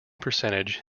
percentage